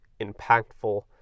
impactful